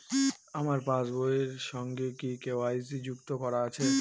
আমার পাসবই এর সঙ্গে কি কে.ওয়াই.সি যুক্ত করা আছে?